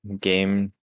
game